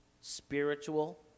spiritual